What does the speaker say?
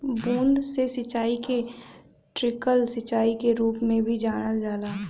बूंद से सिंचाई के ट्रिकल सिंचाई के रूप में भी जानल जाला